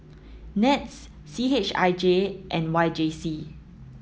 NETS C H I J and Y J C